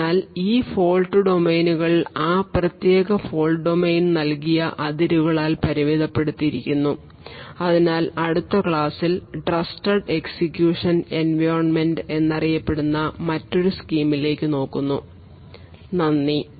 അതിനാൽ ഈ ഫോൾട് ഡൊമെയ്നുകൾ ആ പ്രത്യേക ഫോൾട് ഡൊമെയ്ൻ നൽകിയ അതിരുകളാൽ പരിമിതപ്പെടുത്തിയിരിക്കുന്നു അതിനാൽ അടുത്ത ക്ലാസിൽ ട്രസ്റ്റഡ് എക്സിക്യൂഷൻ എൻവയോൺമെൻറ് എന്നറിയപ്പെടുന്ന മറ്റൊരു സ്കീമിലേക്ക് നോക്കുന്നു നന്ദി